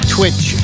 Twitch